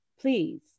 Please